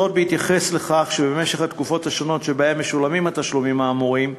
וזאת בהתייחס למשך התקופות השונות שבהן משולמים התשלומים האמורים,